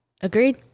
Agreed